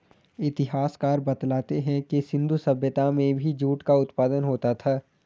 इतिहासकार बतलाते हैं कि सिन्धु सभ्यता में भी जूट का उत्पादन होता था